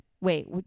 wait